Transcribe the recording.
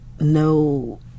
no